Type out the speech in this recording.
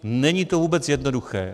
Není to vůbec jednoduché.